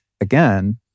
Again